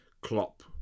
Klopp